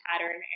pattern